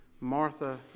Martha